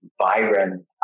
vibrant